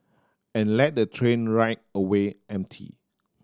and let the train ride away empty